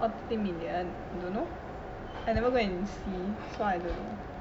orh thirteen million don't know I never go and see so I don't know